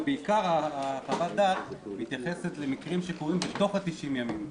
ובעיקר חוות הדעת מתייחסת למקרים שקורים בתוך ה-90 ימים,